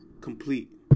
complete